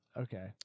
Okay